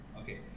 okay